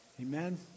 Amen